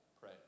Pray